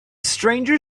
stranger